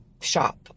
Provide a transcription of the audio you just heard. shop